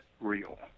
real